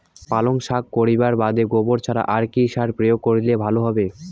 পালং শাক করিবার বাদে গোবর ছাড়া আর কি সার প্রয়োগ করিলে ভালো হবে?